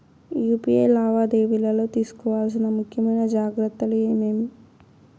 UPI లావాదేవీలలో తీసుకోవాల్సిన ముఖ్యమైన జాగ్రత్తలు ఏమేమీ?